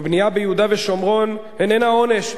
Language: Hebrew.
בנייה ביהודה ושומרון איננה עונש,